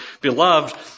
Beloved